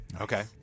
Okay